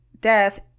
death